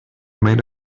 made